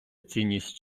цінність